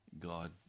God